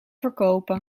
verkopen